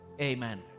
Amen